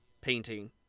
painting